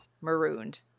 Marooned